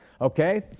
Okay